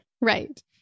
Right